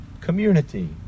community